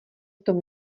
tom